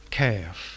calf